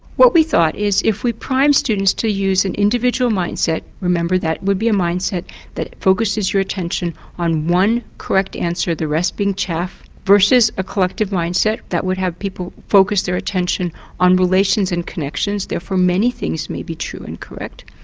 what we thought is if we prime students to use an individual mindset remember that would be a mindset that focuses your attention on one correct answer, the rest being chaff, versus a collective mindset that would have people focus their attention on relations and connections therefore many things may be true and correct,